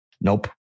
Nope